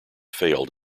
failed